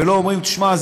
ולא אומרים: תשמע,